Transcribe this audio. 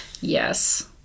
Yes